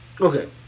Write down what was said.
okay